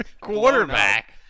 quarterback